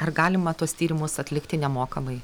ar galima tuos tyrimus atlikti nemokamai